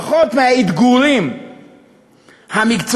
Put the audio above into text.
פחות מהאתגרים המקצועיים,